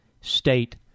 state